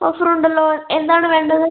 ഓഫറുണ്ടല്ലോ എന്താണ് വേണ്ടത്